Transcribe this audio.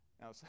Now